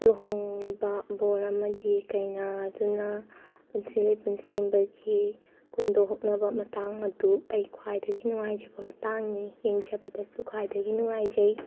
ꯂꯨꯍꯣꯡꯂꯤꯕ ꯕꯣꯔ ꯑꯃꯗꯤ ꯀꯩꯅꯥ ꯑꯗꯨꯅ ꯄꯨꯟꯁꯤ ꯂꯩꯄꯨꯟ ꯁꯦꯝꯕꯒꯤ ꯀꯨꯟꯗꯣ ꯍꯨꯛꯅꯕ ꯃꯇꯥꯡ ꯑꯗꯨ ꯑꯩ ꯈ꯭ꯋꯥꯏꯗꯒꯤ ꯅꯨꯡꯉꯥꯏꯖꯕ ꯃꯇꯥꯡꯅꯤ ꯌꯦꯡꯖꯕꯗꯁꯨ ꯈ꯭ꯋꯥꯏꯗꯒꯤ ꯅꯨꯡꯉꯥꯏꯖꯩ